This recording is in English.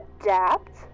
Adapt